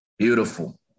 Beautiful